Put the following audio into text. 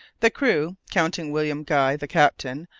the crew, counting william guy, the captain,